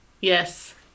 yes